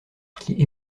qui